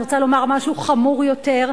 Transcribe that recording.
אני רוצה לומר משהו חמור יותר: